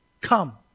Come